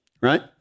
Right